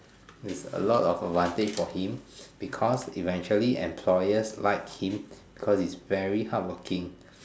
is a lot of advantage for him because eventually employers like him cause he's very hardworking